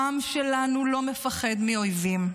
העם שלנו לא מפחד מאויבים,